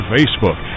Facebook